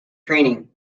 training